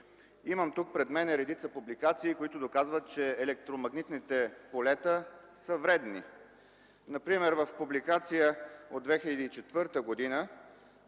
значение. Пред мен имам редица публикации, които доказват, че електромагнитните полета са вредни. Например в публикация от 2004 г.